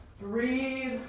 Breathe